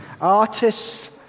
artists